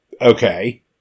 Okay